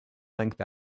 length